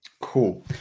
Cool